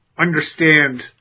understand